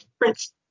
Prince